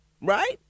right